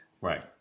Right